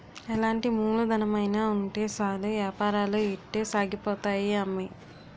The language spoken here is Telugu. ఎలాంటి మూలధనమైన ఉంటే సాలు ఏపారాలు ఇట్టే సాగిపోతాయి అమ్మి